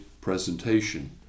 presentation